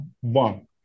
one